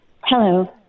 Hello